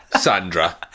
Sandra